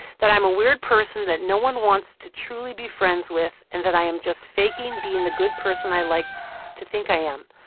that i'm a weird person that no one wants to truly be friends with and that i am just faking being the good person that i like to think i am.